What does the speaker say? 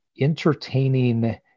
entertaining